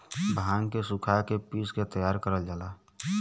भांग के सुखा के पिस के तैयार करल जाला